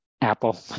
Apple